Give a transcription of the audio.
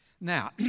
Now